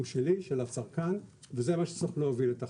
הוא שלי, של הצרכן וזה מה שצריך להוביל את החקיקה.